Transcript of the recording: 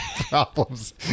problems